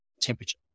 temperature